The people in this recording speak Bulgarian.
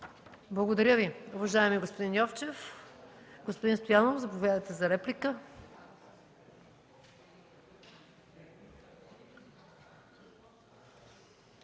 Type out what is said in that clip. Благодаря Ви, уважаеми господин Йовчев. Господин Стоянов, заповядайте за реплика.